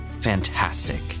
fantastic